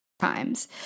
Times